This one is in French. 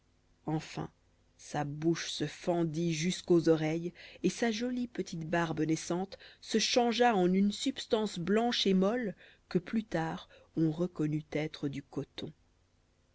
enfin sa bouche se fendit jusqu'aux oreilles et sa jolie petite barbe naissante se changea en une substance blanche et molle que plus tard on reconnut être du coton